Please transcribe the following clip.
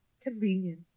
convenient